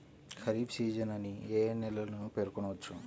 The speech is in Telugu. ఖరీఫ్ సీజన్ అని ఏ ఏ నెలలను పేర్కొనవచ్చు?